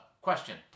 question